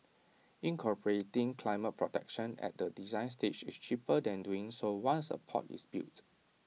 incorporating climate protection at the design stage is cheaper than doing so once A port is built